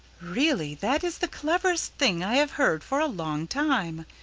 really that is the cleverest thing i have heard for a long time,